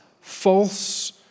false